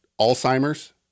Alzheimer's